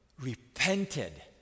repented